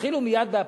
יתחילו מייד באפריל.